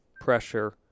pressure